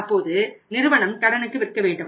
அப்போது நிறுவனம் கடனுக்கு விற்க வேண்டும்